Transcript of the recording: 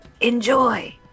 enjoy